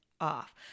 off